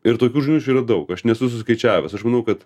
ir tokių žinučių yra daug aš nesu suskaičiavęs aš manau kad